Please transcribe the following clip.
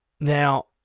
Now